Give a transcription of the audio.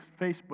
Facebook